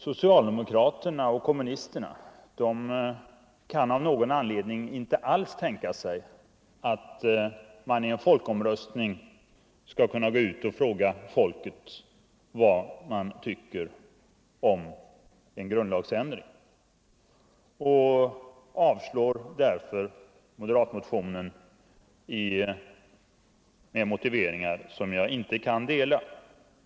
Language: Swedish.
Socialdemokraterna och kommunisterna kan av någon anledning inte alls tänka sig att med en folkomröstning gå ut och fråga folket vad det tycker om en grundlagsändring. Man avstyrker därför moderatmotionen med moti veringar som jag inte kan acceptera.